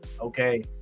okay